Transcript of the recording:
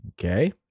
Okay